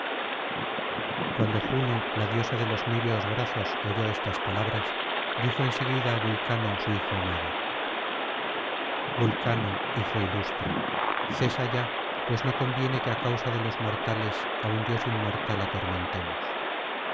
cuando juno la diosa de los niveos brazos oyó estas palabras dijo en seguida á vulcano su hijo amado vulcano hijo ilustre cesa ya pues no conviene que á causa de los mortales á un dios